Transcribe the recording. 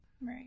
Right